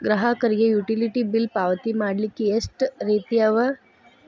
ಗ್ರಾಹಕರಿಗೆ utility bill ಪಾವತಿ ಮಾಡ್ಲಿಕ್ಕೆ ಎಷ್ಟ ರೇತಿ ಅವ?